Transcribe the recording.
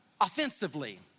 offensively